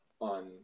on